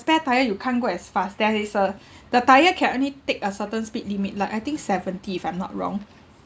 spare tyre you can't go as fast there is a the tyre can only take a certain speed limit like I think seventy if I'm not wrong